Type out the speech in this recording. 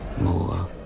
more